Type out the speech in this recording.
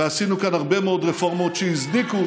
ועשינו כאן הרבה מאוד רפורמות שהזניקו,